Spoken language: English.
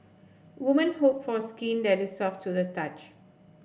woman hope for skin that is soft to the touch